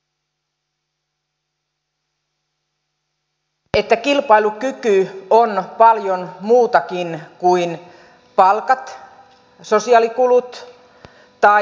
meidän on muistettava että kilpailukyky on paljon muutakin kuin palkat sosiaalikulut tai työaika